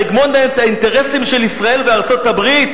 מהגמוניית האינטרסים של ישראל וארצות-הברית